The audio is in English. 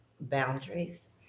boundaries